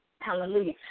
Hallelujah